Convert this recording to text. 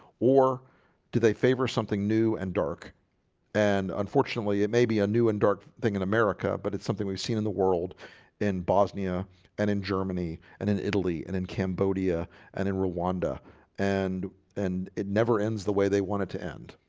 or do they favor something new and dark and unfortunately, it may be a new and dark thing in america but it's something we've seen in the world in bosnia and in germany and in italy and in cambodia and in rwanda and and it never ends the way they want it to end.